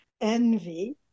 envy